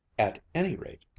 at any rate,